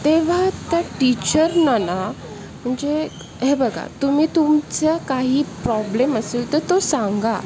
तेव्हा त्या टीचरना ना म्हणजे हे बघा तुम्ही तुमच्या काही प्रॉब्लेम असेल तर तो सांगा